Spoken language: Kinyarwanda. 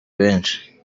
benshi